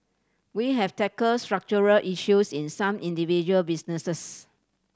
we have tackle structural issues in some individual businesses